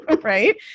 Right